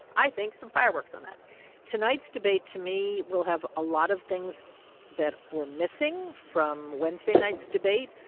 i think, some fireworks on that tonight's debate, to me, will have a lot of things that were missing from wednesday night's debate.